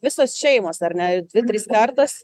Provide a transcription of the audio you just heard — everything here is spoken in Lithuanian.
visos šeimos ar ne dvi trys kartos